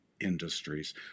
industries